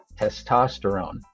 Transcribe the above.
testosterone